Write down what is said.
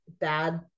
bad